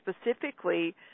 specifically